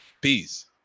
peace